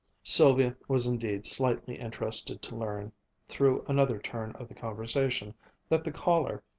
sylvia was indeed slightly interested to learn through another turn of the conversation that the caller,